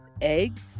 eggs